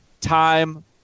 time